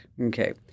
Okay